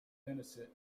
innocent